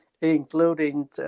including